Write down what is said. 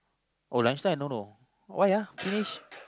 oh lunchtime no no why uh finish